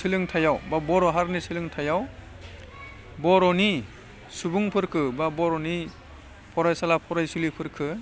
सोलोंथाइयाव बा बर' हारिनि सोलोंथाइयाव बर'नि सुबुंफोरखौ बा बर'नि फरायसुला फरायसुलिफोरखौ